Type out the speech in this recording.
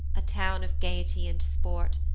a town of gaiety and sport,